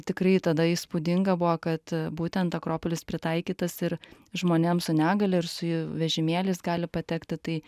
tikrai tada įspūdinga buvo kad būtent akropolis pritaikytas ir žmonėm su negalia ir su vežimėliais gali patekti tai